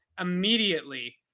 immediately